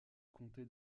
comté